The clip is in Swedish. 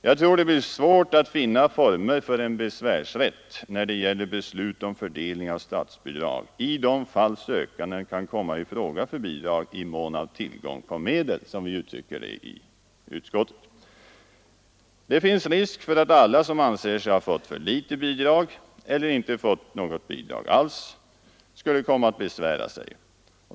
Jag tror att det blir svårt att finna former för en besvärsrätt när det gäller beslut om fördelning av statsbidrag i de fall sökanden kan komma i fråga för bidrag i mån av tillgång på medel, som vi uttrycker det i betänkandet. Det finns risk för att alla som anser sig ha fått för litet bidrag eller inte fått något bidrag alls skulle komma att besvära sig.